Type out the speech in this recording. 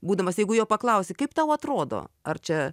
būdamas jeigu jo paklausi kaip tau atrodo ar čia